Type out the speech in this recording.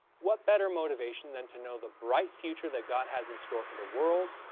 what better motivation than to know the bright future that god has in store for the world,